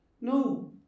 No